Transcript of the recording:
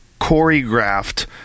choreographed